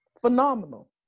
phenomenal